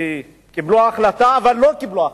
קיבלו החלטה, אבל לא קיבלו החלטה.